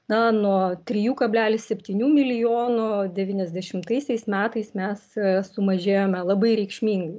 na nuo trijų kablelis septynių milijonų devyniasdešimtaisiais metais mes sumažėjome labai reikšmingai